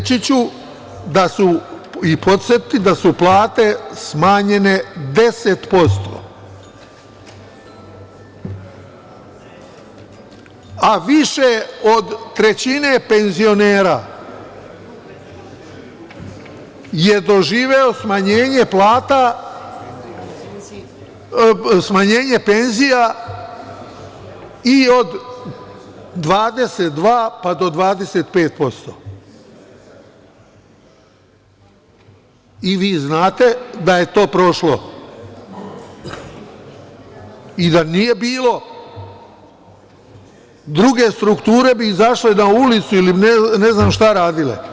Reći ću i podsetiti da su plate smanjene 10%, a više od trećine penzionera je doživelo smanjenje penzija i od 22%, pa do 25%, i vi znate da je to prošlo i da nije bilo, druge strukture bi izašle na ulicu ili ne znam šta radile.